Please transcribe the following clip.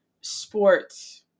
sports